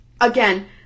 again